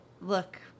look